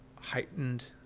heightened